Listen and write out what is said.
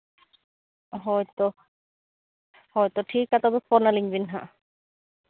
ᱦᱳᱭ ᱛᱚ ᱦᱳᱭᱛᱳ ᱴᱷᱤᱠ ᱜᱮᱭᱟ ᱛᱚᱵᱮ ᱯᱷᱳᱱ ᱟᱹᱞᱤᱧ ᱵᱮᱱ ᱦᱟᱸᱜ